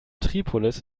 tripolis